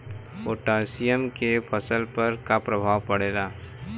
Potassium के फसल पर का प्रभाव पड़ेला?